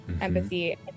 empathy